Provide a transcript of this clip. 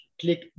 click